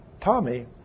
Tommy